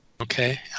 Okay